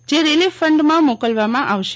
જે રીલીફ ફંડમાં મોકલવામાં આવશે